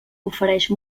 ofereix